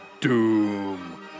Doom